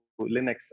Linux